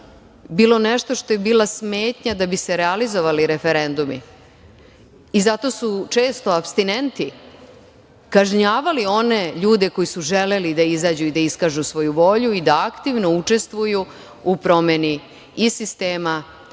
bilo nešto što je bila smetnja da bi se realizovali referendumi. Zato su često apstinenti kažnjavali one ljude koji su želi da izađu i da iskažu svoju volju i da aktivno učestvuju u promeni i sistema